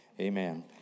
amen